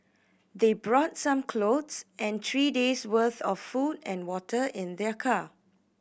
they brought some clothes and three days worth of food and water in their car